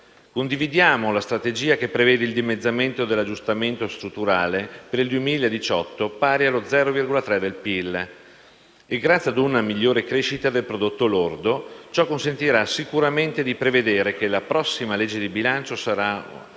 Condividiamo la strategia che prevede il dimezzamento dell'aggiustamento strutturale per il 2018 pari allo 0,3 per cento del PIL e, grazie a una migliore crescita del prodotto lordo, ciò consentirà di prevedere che la prossima legge di bilancio sarà